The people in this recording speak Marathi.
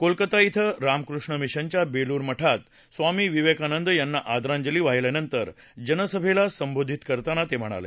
कोलकाता इथं रामकृष्ण मिशनच्या बेलूर मठात स्वामी विवेकानंद यांना आदरांजली वाहिल्यानंतर जनसभेला संबोधित करताना ते म्हणाले